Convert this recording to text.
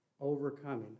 overcoming